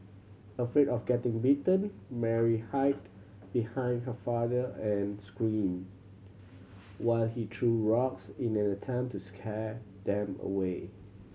afraid of getting bitten Mary hid behind her father and screamed while he threw rocks in an attempt to scare them away